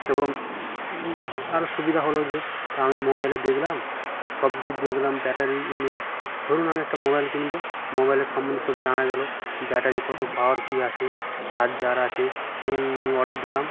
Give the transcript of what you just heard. এবং আরও সুবিধা হলো যে তা আমি মোবাইলে দেখলাম সব কিছু দেখলাম ব্যাটারি ইমেজ ধরুন আমি একটা মোবাইল কিনবো মোবাইলের সম্বন্ধে সব জানা গেল ব্যাটারির কত পাওয়ার কী আছে চার্জার আছে অর্ডার দিলাম